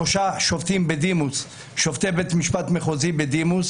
שלושה שופטי בית משפט מחוזי בדימוס,